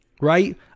Right